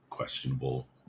questionable